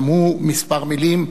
גם הוא כמה מלים.